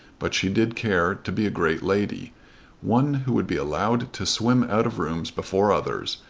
but she did care to be a great lady one who would be allowed to swim out of rooms before others,